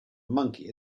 monkey